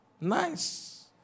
Nice